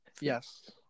Yes